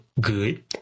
good